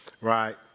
right